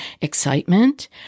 excitement